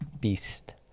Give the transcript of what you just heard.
beast